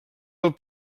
del